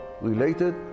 related